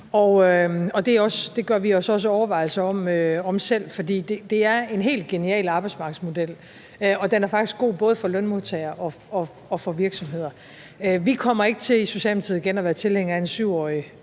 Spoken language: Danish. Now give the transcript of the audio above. Det gør vi os også selv overvejelser om, fordi det er en helt genial arbejdsmarkedsmodel, og den er faktisk god både for lønmodtagere og for virksomheder. Vi kommer ikke til i Socialdemokratiet igen at være tilhængere af en 7-årig